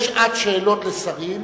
יש שעת שאלות לשרים.